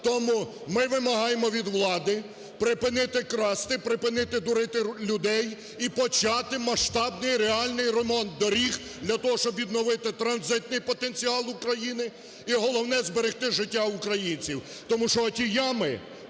Тому ми вимагаємо від влади припинити красти, припинити дурити людей і почати масштабний реальний ремонт доріг для того, щоб відновити транзитний потенціал України і, головне, зберегти життя українців. Тому що оті ями